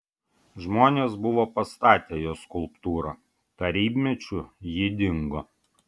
žmonės buvo pastatę jos skulptūrą tarybmečiu ji dingo